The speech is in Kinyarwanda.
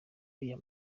uriya